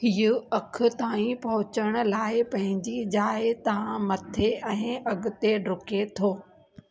हीअ अखि ताईं पहुचण लाइ पंहिंजी जाइ तां मथे आहे अॻिते डुके थो